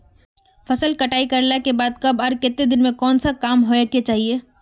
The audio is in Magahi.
फसल कटाई करला के बाद कब आर केते दिन में कोन सा काम होय के चाहिए?